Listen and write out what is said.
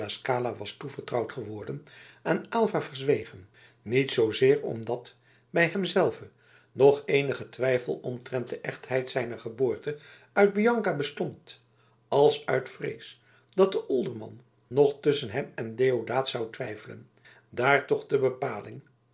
was toevertrouwd geworden aan aylva verzwegen niet zoozeer omdat bij hem zelven nog eenige twijfel omtrent de echtheid zijner geboorte uit bianca bestond als uit vrees dat de olderman nog tusschen hem en deodaat zou twijfelen daar toch de bepaling